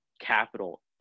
capital